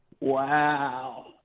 Wow